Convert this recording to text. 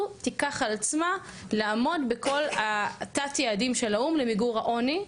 תיקח על עצמה לעמוד בכלל התת-יעדים של האו"ם למיגור העוני,